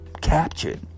captured